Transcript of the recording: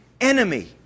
enemy